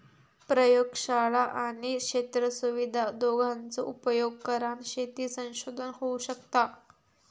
प्रयोगशाळा आणि क्षेत्र सुविधा दोघांचो उपयोग करान शेती संशोधन होऊ शकता